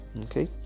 Okay